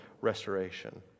restoration